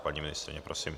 Paní ministryně, prosím.